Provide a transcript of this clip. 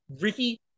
Ricky